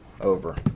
Over